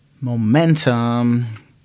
momentum